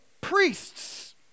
priests